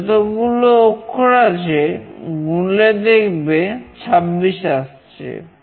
যতগুলো অক্ষর আছে গুনলে দেখবে 26 আসছে